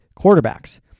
quarterbacks